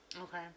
Okay